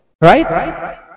right